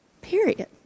period